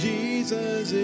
Jesus